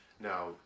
Now